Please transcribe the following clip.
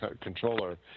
controller